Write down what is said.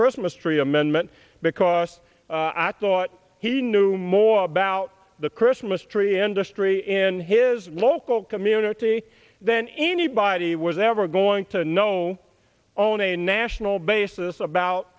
christmas tree amendment because i thought he knew more about the christmas tree industry in his local community then anybody was ever going to know own a national basis